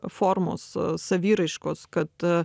formos saviraiškos kad